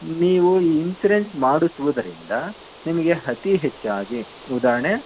ನೀವು ಇನ್ಸುರೆನ್ಸ್ ಮಾಡಿಸುವುದರಿಂದ ನಿಮಗೆ ಅತಿ ಹೆಚ್ಚಾಗಿ ಉದಾಹರ್ಣೆ